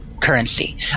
currency